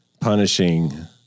punishing